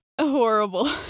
horrible